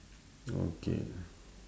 okay